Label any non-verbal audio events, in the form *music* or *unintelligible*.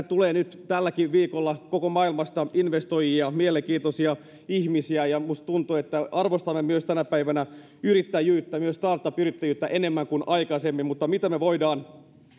*unintelligible* tulee nyt tälläkin viikolla koko maailmasta investoijia mielenkiintoisia ihmisiä ja minusta tuntuu että arvostamme tänä päivänä yrittäjyyttä ja myös startup yrittäjyyttä enemmän kuin aikaisemmin mutta mitä me voimme